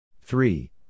Three